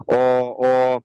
o o